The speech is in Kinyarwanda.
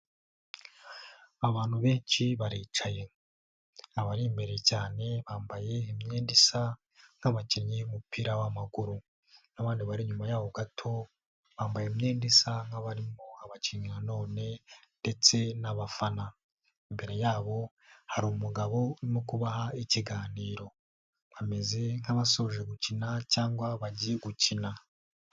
Abantu benshi baricaye, abari imbere cyane bambaye imyenda isa nk'abakinnyi b'umupira w'amaguru, abandi bari inyuma y'aho gato bambaye imyenda isa nk'abarimo abakinnyi nanone ndetse n'abafana, imbere yabo hari umugabo urimo kubaha ikiganiro, bameze nk'abasoje gukina cyangwa bagiye gukina.